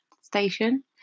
station